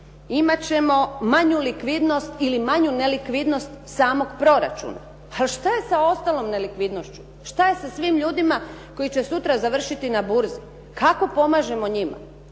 Imati ćemo manju likvidnost ili ne likvidnost samog proračuna. Ali šta je sa ostalom nelikvidnošću, šta je sa svim ljudima koji će sutra završiti na burzi? Kako pomažemo njima?